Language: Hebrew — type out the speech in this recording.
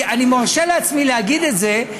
אני מרשה לעצמי להגיד את זה,